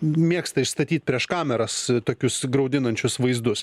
mėgsta išstatyt prieš kameras tokius graudinančius vaizdus